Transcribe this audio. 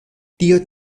tio